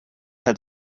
had